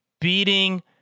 beating